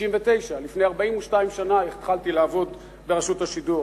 שנת 1969. לפני 42 שנה התחלתי לעבוד ברשות השידור,